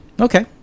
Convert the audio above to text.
Okay